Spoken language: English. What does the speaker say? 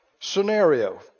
scenario